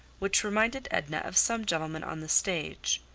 which reminded edna of some gentleman on the stage.